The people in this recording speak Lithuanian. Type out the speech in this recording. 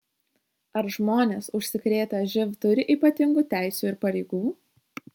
ar žmonės užsikrėtę živ turi ypatingų teisių ir pareigų